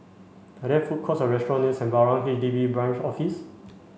are there food courts or restaurants near Sembawang H D B Branch Office